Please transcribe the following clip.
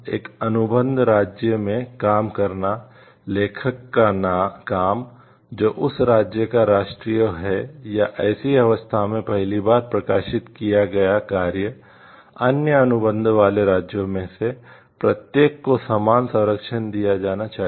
एक अनुबंध राज्य में काम करना लेखक का काम जो उस राज्य का राष्ट्रीय है या ऐसी अवस्था में पहली बार प्रकाशित किया गया कार्य अन्य अनुबंध वाले राज्यों में से प्रत्येक को समान संरक्षण दिया जाना चाहिए